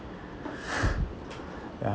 ya